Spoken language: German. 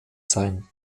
sein